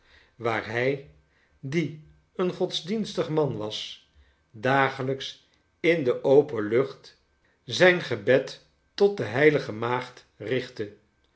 waar hij die een godsdienstig man was dageliks in de open lucht zijn gebed tot de heilige maagd richtte